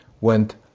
went